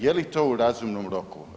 Je li to u razumnom roku?